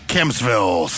Kempsville